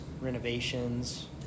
renovations